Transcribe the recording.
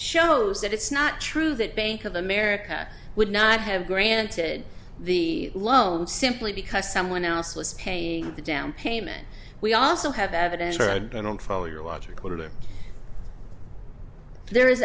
shows that it's not true that bank of america would not have granted the loan simply because someone else was paying the downpayment we also have evidence that i don't follow your logic order there is